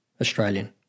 Australian